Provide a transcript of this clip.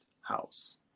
house